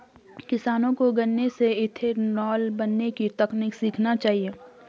किसानों को गन्ने से इथेनॉल बनने की तकनीक सीखना चाहिए